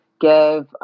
give